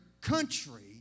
country